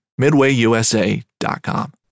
MidwayUSA.com